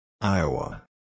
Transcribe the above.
Iowa